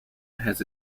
has